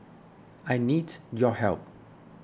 I need your help